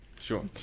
Sure